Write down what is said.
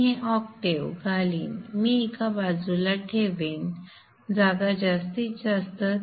मी हे ऑक्टेव्ह घालीन मी हे एका बाजूला ठेवेन जागा जास्तीत जास्त